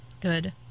Good